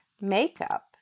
makeup